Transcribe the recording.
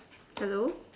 hello